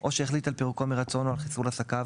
או שהחליט על פירוקו מרצון או על חיסול עסקיו,